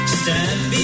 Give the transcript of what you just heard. stand